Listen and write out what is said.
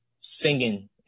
singing